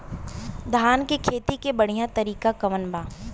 धान के खेती के बढ़ियां तरीका कवन बा?